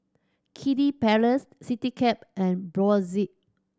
Kiddy Palace Citycab and Brotzeit